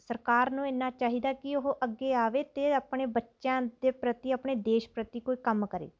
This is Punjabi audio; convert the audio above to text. ਸਰਕਾਰ ਨੂੰ ਇੰਨਾਂ ਚਾਹੀਦਾ ਕਿ ਉਹ ਅੱਗੇ ਆਵੇ ਅਤੇ ਆਪਣੇ ਬੱਚਿਆਂ ਦੇ ਪ੍ਰਤੀ ਆਪਣੇ ਦੇਸ਼ ਪ੍ਰਤੀ ਕੋਈ ਕੰਮ ਕਰੇ